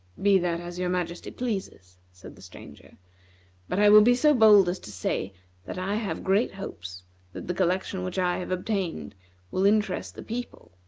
be that as your majesty pleases, said the stranger but i will be so bold as to say that i have great hopes that the collection which i have obtained will interest the people.